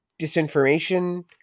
disinformation